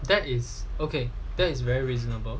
that is okay that is very reasonable